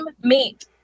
meet